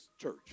church